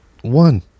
One